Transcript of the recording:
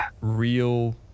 real